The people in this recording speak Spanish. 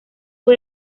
fue